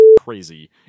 crazy